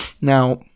Now